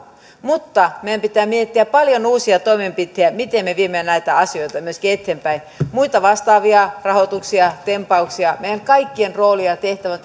mutta meidän pitää miettiä paljon uusia toimenpiteitä miten me viemme näitä asioita myöskin eteenpäin muita vastaavia rahoituksia tempauksia meidän kaikkien rooli ja tehtävä